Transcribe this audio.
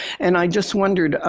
and i just wondered,